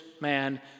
man